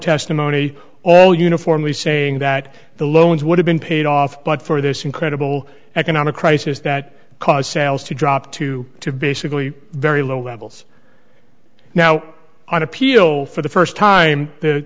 testimony all uniformly saying that the loans would have been paid off but for this incredible economic crisis that caused sales to drop to basically very low levels now on appeal for the first time the